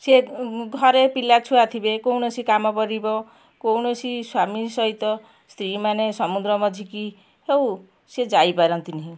ସିଏ ଘରେ ପିଲା ଛୁଆ ଥିବେ କୌଣସି କାମ କରିବ କୌଣସି ସ୍ବାମୀ ସହିତ ସ୍ତ୍ରୀ ମାନେ ସମୁଦ୍ର ମଝିକି ହେଉ ସେ ଯାଇପାରନ୍ତିନି